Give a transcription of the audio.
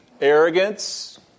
Arrogance